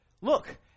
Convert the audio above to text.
Look